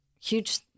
huge